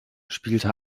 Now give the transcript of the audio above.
spielte